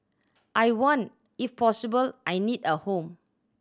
I want if possible I need a home